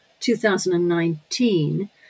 2019